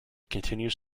continues